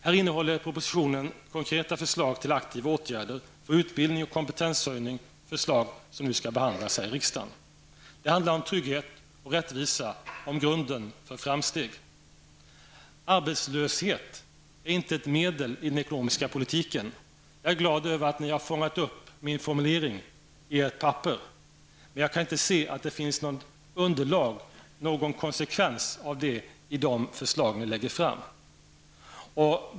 Här innehåller propositionen konkreta förslag till aktiva åtgärder för utbildning och kompetenshöjning, förslag som nu skall behandlas i riksdagen. Det handlar om trygghet, rättvisa och om grunden för framsteg. Arbetslöshet är inte ett medel i den ekonomiska politiken. Jag är glad över att ni fångat upp min formulering i ert papper, men jag kan inte se att det finns någon konsekvens av detta i de förslag ni lägger fram.